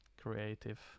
creative